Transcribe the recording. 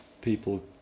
people